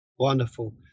Wonderful